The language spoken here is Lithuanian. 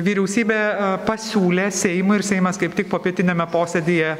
vyriausybė pasiūlė seimui ir seimas kaip tik popietiniame posėdyje